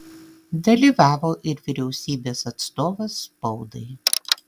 dalyvavo ir vyriausybės atstovas spaudai